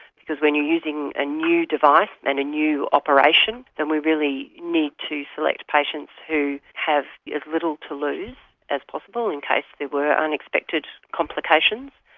because when you're using a new device and a new operation then we really need to select patients who have as little to lose as possible in case there were unexpected complications.